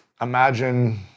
Imagine